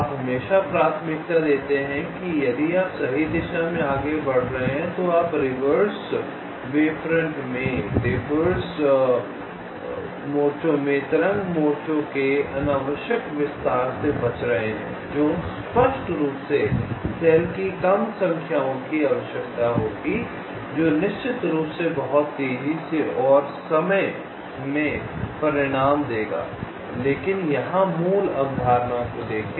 आप हमेशा प्राथमिकता देते हैं यदि आप सही दिशा में आगे बढ़ रहे हैं तो आप रिवर्स मोर्चों में तरंग मोर्चों के अनावश्यक विस्तार से बच रहे हैं जो स्पष्ट रूप से सेल की कम संख्या की आवश्यकता होगी जो निश्चित रूप से बहुत तेजी से और समय में परिणाम देगा लेकिन यहां मूल अवधारणा को देखें